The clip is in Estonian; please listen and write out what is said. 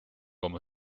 oma